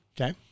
Okay